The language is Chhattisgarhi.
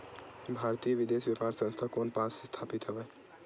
भारतीय विदेश व्यापार संस्था कोन पास स्थापित हवएं?